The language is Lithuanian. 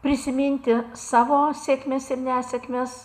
prisiminti savo sėkmes ir nesėkmes